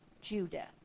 Judah